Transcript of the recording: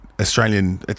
Australian